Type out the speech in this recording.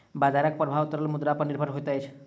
बजारक प्रभाव तरल मुद्रा पर निर्भर होइत अछि